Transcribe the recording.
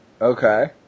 Okay